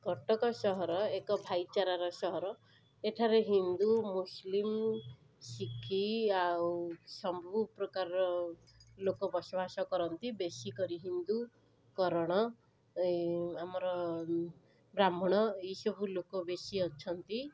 କଟକ ସହର ଏକ ଭାଇଚାରାର ସହର ଏଠାରେ ହିନ୍ଦୁ ମୁସଲିମ ଶିଖି ଆଉ ସବୁପ୍ରକାରର ଲୋକ ବସବାସ କରନ୍ତି ବେଶୀ କରି ହିନ୍ଦୁ କରଣ ଏଇ ଆମର ବ୍ରାହ୍ମଣ ଏଇସବୁ ଲୋକ ବେଶୀ ଅଛନ୍ତି